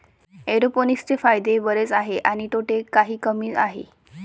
एरोपोनिक्सचे फायदे बरेच आहेत आणि तोटे काही कमी आहेत